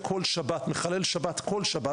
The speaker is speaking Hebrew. אני מחלל שבת בכל שבת,